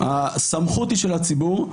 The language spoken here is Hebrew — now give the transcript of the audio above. הסמכות היא של הציבור.